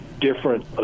different